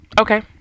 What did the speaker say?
Okay